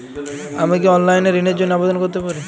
আমি কি অনলাইন এ ঋণ র জন্য আবেদন করতে পারি?